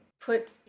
put